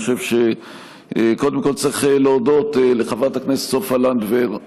אני חושב שקודם כול צריך להודות לחברת הכנסת סופה לנדבר,